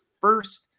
first